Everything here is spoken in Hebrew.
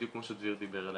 בדיוק כמו שדביר דיבר עליה.